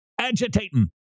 agitating